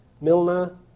Milner